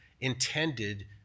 intended